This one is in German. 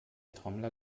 trommler